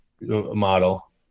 model